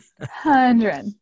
Hundred